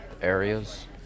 areas